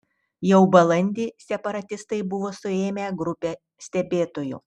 jau balandį separatistai buvo suėmę grupę stebėtojų